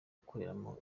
gukoreramo